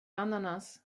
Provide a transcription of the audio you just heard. ananas